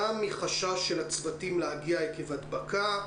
גם מחשש של הצוותים להגיע מחשש הדבקה.